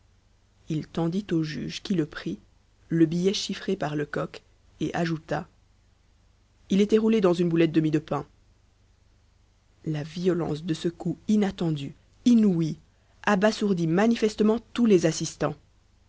il tendit au juge qui le prit le billet chiffré par lecoq et ajouta il était roulé dans une boulette de mie de pain la violence de ce coup inattendu inouï abasourdit manifestement tous les assistants